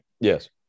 Yes